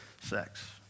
sex